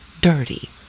dirty